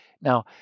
Now